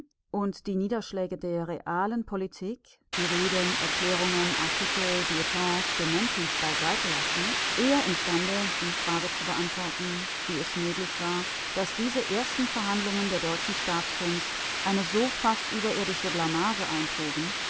und die niederschläge der realen politik die reden erklärungen artikel bulletins dementis beiseite lassen eher imstande die frage zu beantworten wie es möglich war daß diese ersten verhandlungen der deutschen staatskunst eine so fast überirdische blamage eintrugen